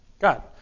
God